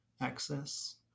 access